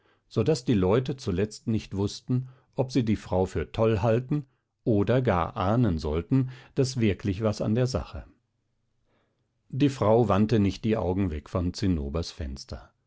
so daß die leute zuletzt nicht wußten ob sie die frau für toll halten oder gar ahnen sollten daß wirklich was an der sache die frau wandte nicht die augen weg von zinnobers fenster